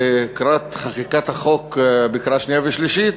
לקראת חקיקת החוק בקריאה שנייה ושלישית,